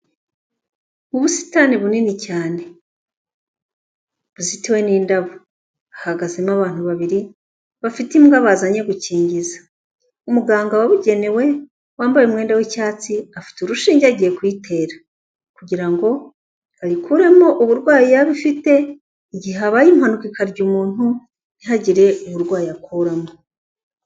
Ubusitani bunini cyane, buzitiwe n'indabo, hahagazemo abantu babiri, bafite imbwa bazanye gukingiza, umuganga wabugenewe wambaye umwenda w'icyatsi, afite urushinge agiye kuyitera, kugira ngo ayikuremo uburwayi yaba afite, igihe habaye impanuka ikarya umuntu ntihagire uburwayi akuramo.